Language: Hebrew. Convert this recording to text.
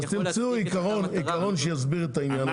תמצאו עיקרון שיסדיר את העניין הזה שאתם מורידים.